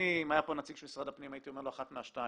אם היה פה נציג של משרד הפנים הייתי אומר לו אחת מהשתיים.